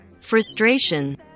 Frustration